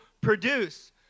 produce